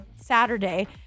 saturday